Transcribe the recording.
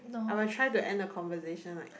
I will try to end the conversation like